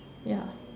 ya